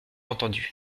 entendu